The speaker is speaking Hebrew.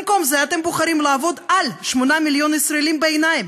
במקום זה אתם בוחרים לעבוד על 8 מיליון ישראלים בעיניים.